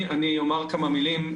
אומר כמה מילים.